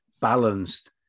balanced